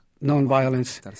non-violence